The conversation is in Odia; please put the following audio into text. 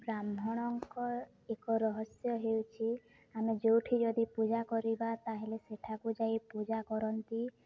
ବ୍ରାହ୍ମଣଙ୍କ ଏକ ରହସ୍ୟ ହେଉଛି ଆମେ ଯେଉଁଠି ଯଦି ପୂଜା କରିବା ତା'ହେଲେ ସେଠାକୁ ଯାଇ ପୂଜା କରନ୍ତି